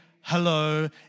hello